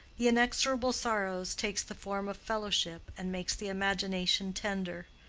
the inexorable sorrow takes the form of fellowship and makes the imagination tender.